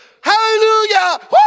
Hallelujah